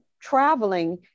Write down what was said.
traveling